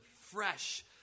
fresh